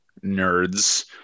nerds